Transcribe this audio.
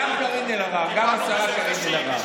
גם קארין אלהרר, גם השרה קארין אלהרר.